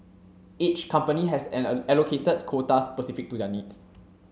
each company has an allocated quota specific to their needs